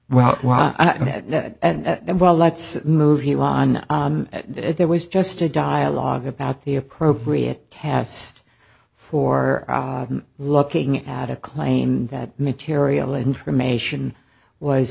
mean well let's move you on there was just a dialogue about the appropriate test for looking at a claim that material information was